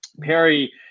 Perry